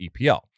EPL